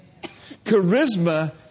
Charisma